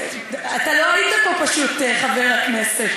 אתה לא היית פה פשוט, חבר הכנסת.